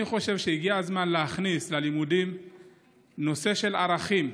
אני חושב שהגיע הזמן להכניס ללימודים נושא של ערכים,